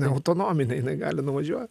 neautonominė jinai gali nuvažiuot